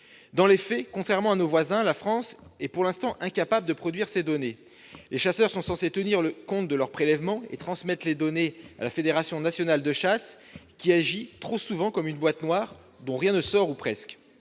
Dans les faits, contrairement à nos voisins, la France est pour l'instant incapable de produire ces données. Les chasseurs sont censés tenir le compte de leurs prélèvements et transmettre les données à la Fédération nationale des chasseurs, qui agit trop souvent comme une boîte noire dont rien ne sort, ou presque.